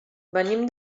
venim